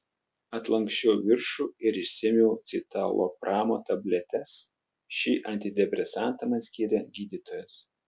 atlanksčiau viršų ir išsiėmiau citalopramo tabletes šį antidepresantą man skyrė gydytojas